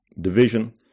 division